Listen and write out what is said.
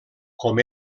com